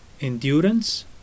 Endurance